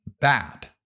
bad